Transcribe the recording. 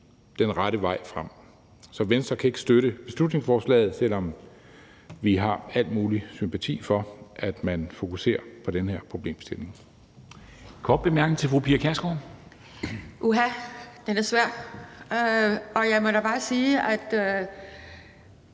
den rette vej frem. Så Venstre kan ikke støtte beslutningsforslaget, selv om vi har al mulig sympati for, at man fokuserer på den her problemstilling. Kl. 12:51 Formanden (Henrik Dam Kristensen): En kort bemærkning til fru Pia